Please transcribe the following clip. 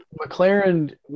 McLaren